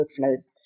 workflows